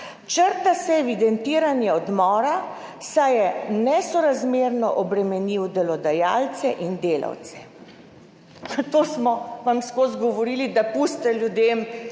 Črta se evidentiranje odmora, saj je nesorazmerno obremenilo delodajalce in delavce. Zato smo vam ves čas govorili, da pustite ljudem,